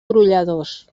brolladors